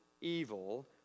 evil